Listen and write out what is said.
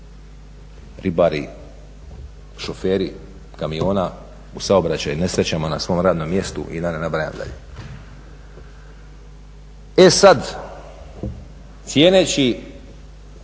ribari, šoferi kamiona u saobraćajnim nesrećama, na svom radnom mjestu i da ne nabrajam dalje. E sad, cijeneći